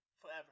forever